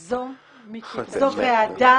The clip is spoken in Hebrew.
הוועדה הזאת היא ועדה